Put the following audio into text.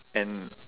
and